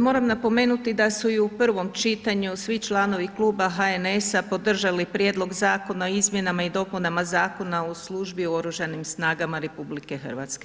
moram napomenuti da su i u prvom čitanju svi članovi Kluba HNS-a podržali Prijedlog Zakona o izmjenama i dopunama Zakona o službi u Oružanim snagama RH.